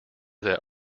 that